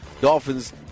Dolphins